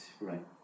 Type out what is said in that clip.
right